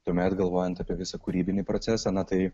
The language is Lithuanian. tuomet galvojant apie visą kūrybinį procesą na tai